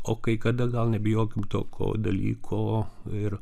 o kai kada gal nebijokim tokio dalyko ir